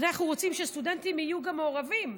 אנחנו רוצים שהסטודנטים גם יהיו מעורבים,